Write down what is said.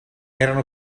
erano